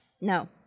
no